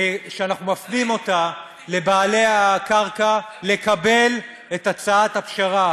שאנחנו מפנים אותה לבעלי הקרקע לקבל את הצעת הפשרה.